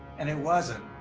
and it wasn't.